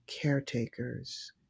caretakers